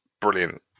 brilliant